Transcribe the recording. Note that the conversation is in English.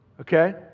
okay